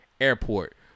airport